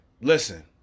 listen